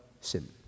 sin